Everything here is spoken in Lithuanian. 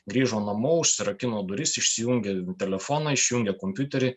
grįžo namo užsirakino duris išsijungė telefoną išjungė kompiuterį